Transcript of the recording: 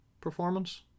performance